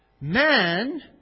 Man